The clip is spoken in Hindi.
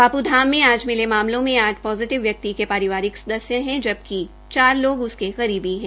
बाप् धाम में आ मिले मामलों में आठ पोषिटिव व्यक्ति के पारिवारिक सदस्य है थ बकि चार लोग उसके करीबी है